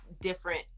different